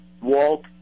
Walt